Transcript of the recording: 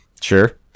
Sure